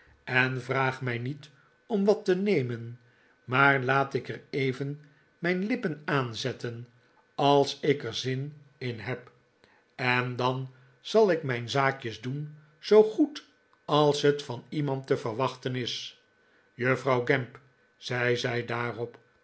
en vraag mij niet om wat te nemen maar laat ik er even mijn lippen aanzetten als ik er zin in heb en dan zal ik mijn zaakjes doen zoo goed als het van iemand te verwachten is juffrouw gamp zei zij